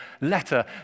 letter